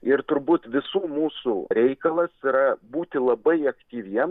ir turbūt visų mūsų reikalas yra būti labai aktyviem